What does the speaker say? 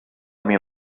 mil